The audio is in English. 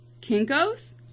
Kinkos